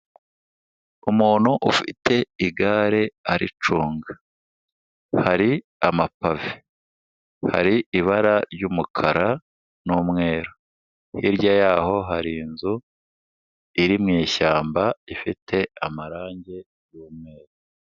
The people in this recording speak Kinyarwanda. Umuntu ufite igare aricunga. Hari amapave, hari ibara ry'umukara n'umweru, hirya y'aho hari inzu iri mu ishyamba ifite amarangi y'umweru.